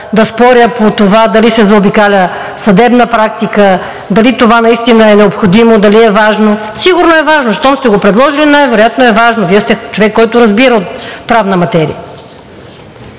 да споря по това дали се заобикаля съдебна практика, дали това наистина е необходимо, дали е важно. Сигурно е важно – щом сте го предложили, най-вероятно е важно. Вие сте човек, който разбира от правна материя.